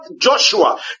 joshua